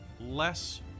less